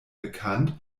bekannt